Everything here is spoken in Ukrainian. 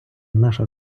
наша